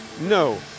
No